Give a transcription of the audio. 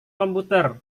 komputer